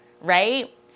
Right